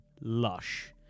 lush